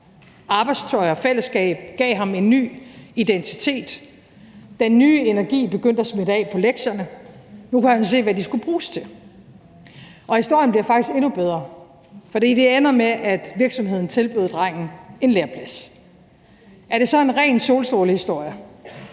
Arbejdstøj og fællesskab gav ham en ny identitet. Den nye energi begyndte at smitte af på lektierne. Nu kunne han se, hvad de skulle bruges til. Og historien bliver faktisk endnu bedre, for den ender med, at virksomheden tilbød drengen en læreplads. Er det så en ren solstrålehistorie?